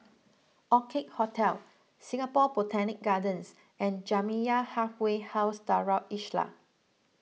Orchid Hotel Singapore Botanic Gardens and Jamiyah Halfway House Darul Islah